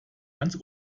ans